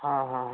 ହଁ ହଁ ହଁ